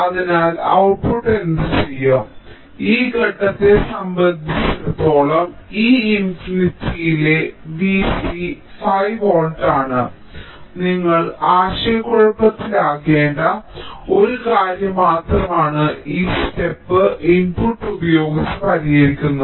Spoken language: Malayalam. അതിനാൽ ഔട്ട്പുട്ട് എന്തുചെയ്യും ഈ ഘട്ടത്തെ സംബന്ധിച്ചിടത്തോളം ഈ ഇൻഫിനിറ്റിയിലെ V c 5 വോൾട്ട് ആണ് നിങ്ങൾ ആശയക്കുഴപ്പത്തിലാകേണ്ട ഒരു കാര്യം മാത്രമാണ് ഈ സ്റ്റെപ്പ് ഇൻപുട്ട് ഉപയോഗിച്ച് ഞങ്ങൾ പരിഹരിക്കുന്നത്